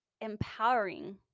empowering